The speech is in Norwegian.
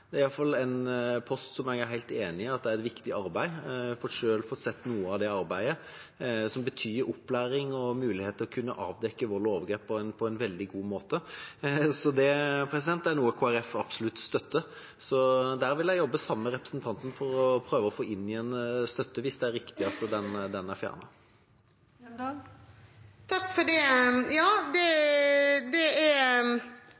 Det er i hvert fall en post jeg er helt enig i at er et viktig arbeid. Jeg har selv fått se noe av det arbeidet, som betyr opplæring og muligheten til å kunne avdekke vold og overgrep på en veldig god måte. Så dette er noe Kristelig Folkeparti absolutt støtter. Jeg vil jobbe sammen med representanten for å klare å få inn igjen støtten hvis det er riktig at den er fjernet. Ja, sånn er det.